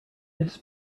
this